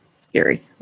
scary